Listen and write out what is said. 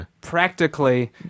Practically